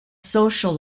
social